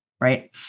right